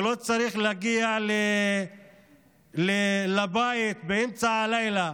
ולא צריך להגיע לבית באמצע הלילה